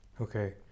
Okay